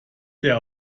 der